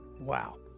Wow